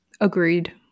agreed